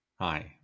Hi